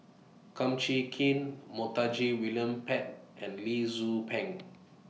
Kum Chee Kin Montague William Pett and Lee Tzu Pheng